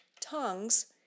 tongues